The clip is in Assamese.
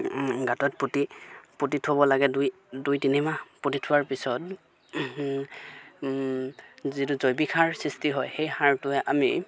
গাঁতত পুতি পুতি থ'ব লাগে দুই দুই তিনিমাহ পুতি থোৱাৰ পিছত যিটো জৈৱিক সাৰ সৃষ্টি হয় সেই সাৰটোৱে আমি